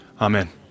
Amen